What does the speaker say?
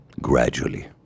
gradually